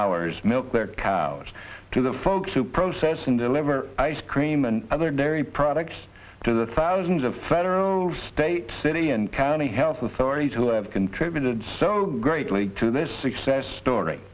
hours milk their couch to the folks who process and deliver ice cream and other dairy products to the thousands of federal state city and county health authorities who have contributed greatly to this success story